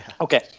Okay